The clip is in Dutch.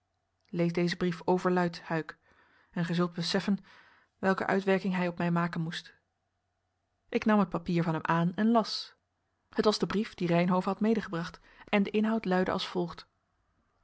lees dezen brief overluid huyck en gij zult beseffen welke uitwerking hij op mij maken moest ik nam het papier van hem aan en las het was de brief dien reynhove had medegebracht en de inhoud luidde als volgt